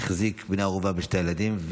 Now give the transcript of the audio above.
והחזיק כבני ערובה שני ילדים.